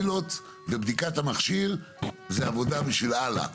הפיילוט ובדיקת מכשיר זה עבודה בשביל הלאה,